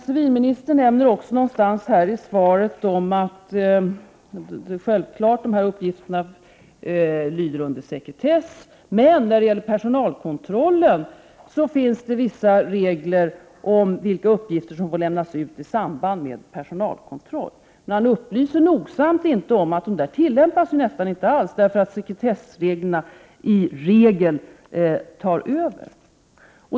Civilministern nämner i svaret också att sådana här uppgifter självfallet omfattas av sekretess. Men när det gäller personalkontrollen finns det vissa regler om vilka uppgifter som får lämnas ut i samband med personalkontroll. Civilministern är dock noga med att inte upplysa om att föreskrifterna nästan inte alls tillämpas, därför att sekretessreglerna vanligtvis tar över.